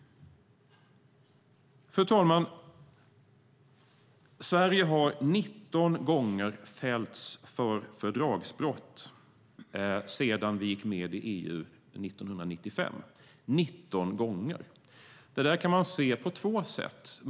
Fru talman! Sverige har 19 gånger fällts för fördragsbrott sedan vi gick med i EU 1995 - 19 gånger! Det där kan man se på två sätt.